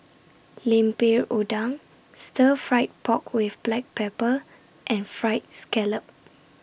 Lemper Udang Stir Fried Pork with Black Pepper and Fried Scallop